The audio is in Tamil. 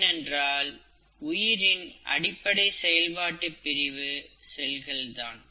ஏனென்றால் உயிரின் அடிப்படை செயல்பாட்டு பிரிவு செல்கள்தான்